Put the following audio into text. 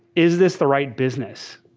is this the right business?